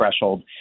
threshold